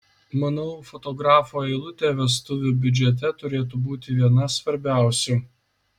manau fotografo eilutė vestuvių biudžete turėtų būti viena svarbiausių